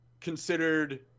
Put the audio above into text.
considered